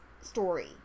story